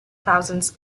thousand